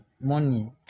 money